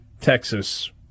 Texas